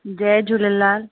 Jay Jhulelal